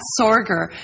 Sorger